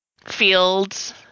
Fields